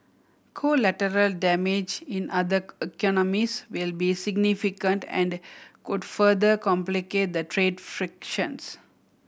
collateral damage in other economies will be significant and could further complicate the trade frictions